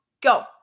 go